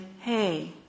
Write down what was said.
hey